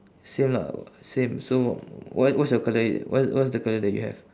same lah same so wha~ what's your colour what what's the colour that you have